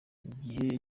igihe